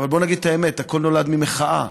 בוא נגיד את האמת: הכול נולד ממחאה,